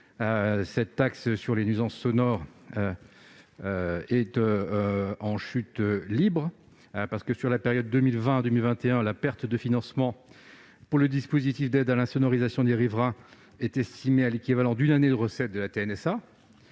Cette taxe sur les nuisances sonores aériennes est en chute libre. Sur la période 2020-2021, la perte de financement pour le dispositif d'aide à l'insonorisation des riverains est estimée à l'équivalent d'une année de recettes.